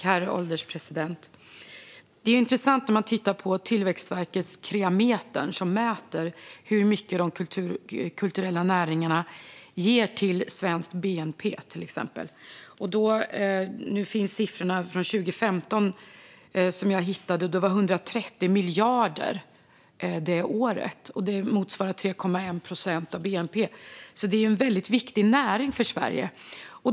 Herr ålderspresident! Det är intressant att titta på Tillväxtverkets rapport Kreametern som mäter hur mycket de kulturella näringarna ger till exempelvis svenskt bnp. Jag hittade siffror från 2015. Det året handlade det om 130 miljarder, vilket motsvarar 3,1 procent av bnp. Det är alltså en väldigt viktig näring för Sverige.